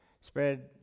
spread